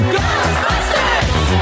Ghostbusters